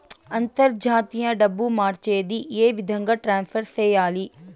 అంతర్జాతీయ డబ్బు మార్చేది? ఏ విధంగా ట్రాన్స్ఫర్ సేయాలి?